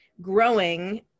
growing